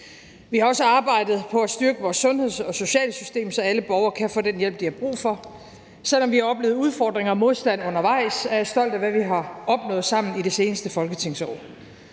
Vi har også arbejdet på at styrke vores sundheds- og socialsystem, så alle borgere kan få den hjælp, de har brug for. Selvom vi har oplevet udfordringer og modstand undervejs, er jeg stolt af, hvad vi har opnået sammen i det seneste folketingsår.